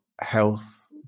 health